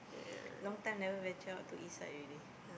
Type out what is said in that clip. long time never venture out to east side already